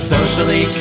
Socially